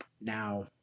Now